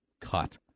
cut